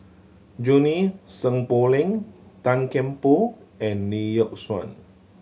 Junie Sng Poh Leng Tan Kian Por and Lee Yock Suan